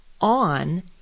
on